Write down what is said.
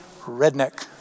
redneck